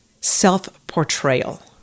self-portrayal